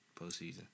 postseason